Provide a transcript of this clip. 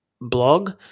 blog